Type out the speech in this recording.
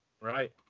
right